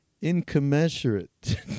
incommensurate